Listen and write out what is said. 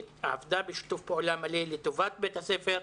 ועבדה בשיתוף פעולה מלא לטובת בית הספר.